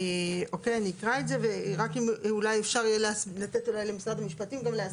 רק אם אולי אפשר לתת למשרד המשפטים גם להסביר,